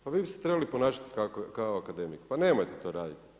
Pa vi biste se trebali ponašati kao akademik, pa nemojte to raditi.